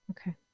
Okay